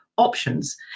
options